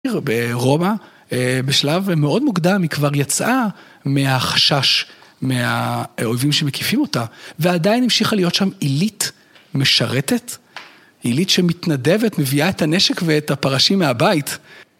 ברומא, בשלב מאוד מוקדם, היא כבר יצאה מהחשש מהאויבים שמקיפים אותה ועדיין המשיכה להיות שם עילית משרתת, עילית שמתנדבת, מביאה את הנשק ואת הפרשים מהבית.